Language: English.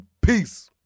Peace